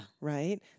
right